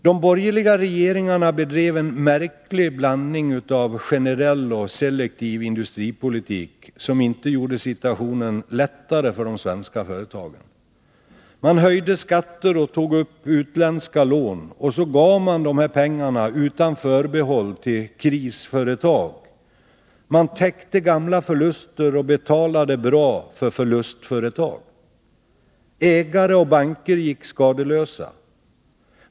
De borgerliga regeringarna bedrev en märklig blandning av generell och selektiv industripolitik, som inte gjorde situationen lättare för de svenska företagen. Man höjde skatter och tog upp utländska lån och gav dessa pengar utan förbehåll till krisföretag. Man täckte gamla förluster och betalade bra för förlustföretag. Ägare och banker gick skadeslösa.